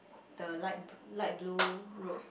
the light light blue road